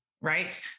right